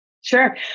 Sure